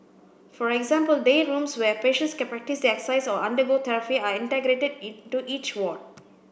for example day rooms where patients can practise their exercise or undergo therapy are integrated into each ward